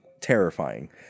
terrifying